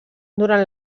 durant